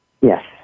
Yes